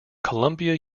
columbia